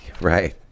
Right